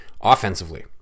Offensively